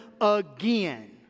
again